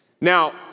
Now